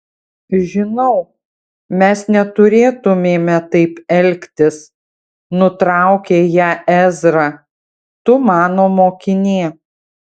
žinau mes neturėtumėme taip elgtis nutraukė ją ezra tu mano mokinė